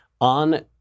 on